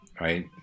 Right